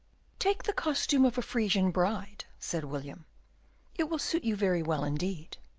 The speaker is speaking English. take the costume of a frisian bride. said william it will suit you very well indeed.